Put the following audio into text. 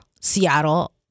Seattle